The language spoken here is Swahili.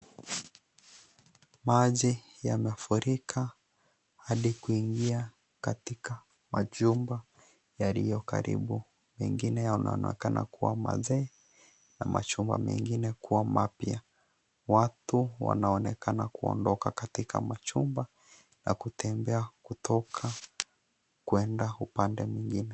Maji yamefurika hadi kuingia katika machumba yaliyo karibu pengine yanaonekana kuwa mazee na machumba mengine kuwa mapya. Watu wanaonekana kuondoka katika machumba na kutembea kutoka kuenda upande mwingine .